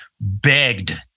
begged